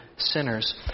sinners